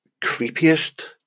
creepiest